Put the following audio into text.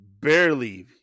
barely